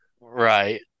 Right